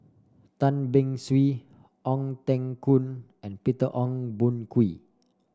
Tan Beng Swee Ong Teng Koon and Peter Ong Boon Kwee